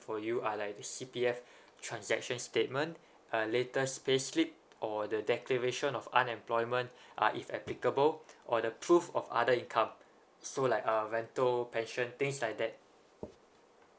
for you uh like this C_P_F transaction statement uh latest payslip or the declaration of unemployment uh if applicable or the proof of other income so like uh rental passion things like that